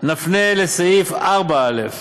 נַפנה לסעיף 4(א)